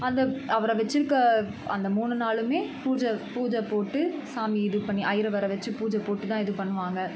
அந்த அவரை வச்சிருக்க அந்த மூணு நாளுமே பூஜை பூஜைப்போட்டு சாமி இது பண்ணி அய்யிர வர வச்சு பூஜெய்ப்போட்டு தான் இது பண்ணுவாங்கள்